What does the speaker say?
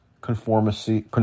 conformity